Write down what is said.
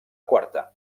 quarta